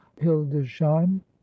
hildesheim